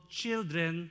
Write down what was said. children